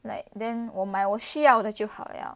like then 我买我需要的就好了